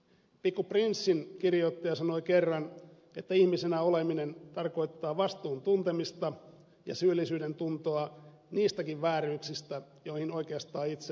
pikku prinssin kirjoittaja sanoi kerran että ihmisenä oleminen tarkoittaa vastuun tuntemista ja syyllisyydentuntoa niistäkin vääryyksistä joihin oikeastaan itse ei ole syyllinen